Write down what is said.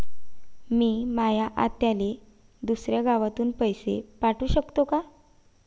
मी माया आत्याले दुसऱ्या गावातून पैसे पाठू शकतो का?